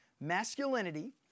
Masculinity